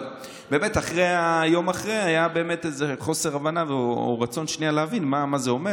אבל יום אחרי היה באמת איזה חוסר הבנה או רצון שנייה להבין מה זה אומר,